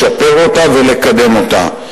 לשפר אותה ולקדם אותה.